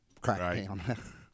Crackdown